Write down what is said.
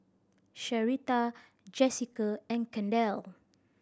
Sherita Jessica and Kendall